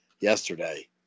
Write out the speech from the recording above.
yesterday